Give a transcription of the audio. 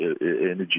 energy